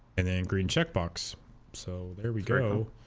and then green checkbox so there we go